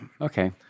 Okay